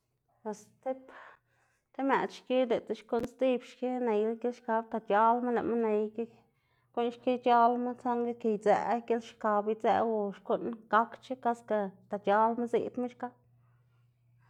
Bos tib ti mëꞌd xki diꞌltsa xkuꞌn sdzib xki neyla gilxkab axta c̲h̲alma lëꞌma ney guꞌn xki c̲h̲alma, saꞌnga kë idzëꞌ gilxkab idzëꞌ o xkuꞌn gakdc̲h̲a kaske axta c̲h̲alma ziꞌdma xka.